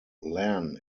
lan